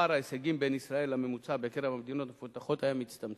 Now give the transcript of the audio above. פער ההישגים בין ישראל לממוצע בקרב המדינות המפותחות היה מצטמצם.